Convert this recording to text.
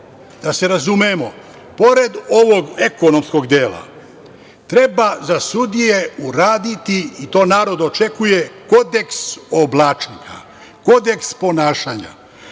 Da se razumemo, pored ovog ekonomskog dela treba za sudije uraditi, i to narod očekuje, kodeks oblačenja, kodeks ponašanja.